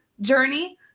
journey